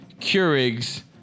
Keurig's